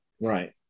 Right